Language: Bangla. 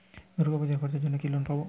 দূর্গাপুজোর খরচার জন্য কি লোন পাব?